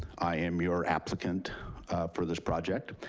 i am your applicant for this project.